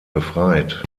befreit